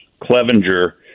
Clevenger